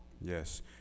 Yes